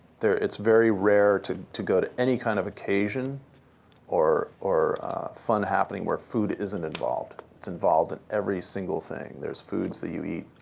it's very rare to to go to any kind of occasion or or fun happening where food isn't involved. it's involved in every single thing. there's foods that you eat